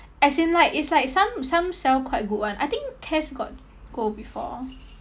as in like it's like some some sell quite good one I think cass got go before